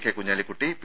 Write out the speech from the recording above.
K Kunhalikutty P